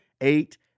eight